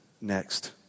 next